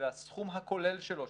והסכום הכולל שלו,